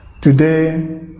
Today